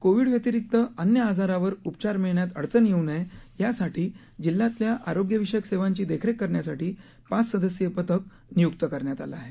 Covid व्यतिरिक्त अन्य आजारावर उपचार मिळण्यात अडचण येऊ नये यासाठी जिल्ह्यातल्या आरोग्य विषयक सेवांची देखरेख करण्यासाठी पाच सदस्यीय पथक नियुक्त करण्यात आलं आहे